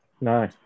No